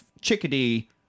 chickadee